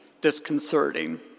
disconcerting